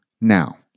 Now